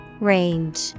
Range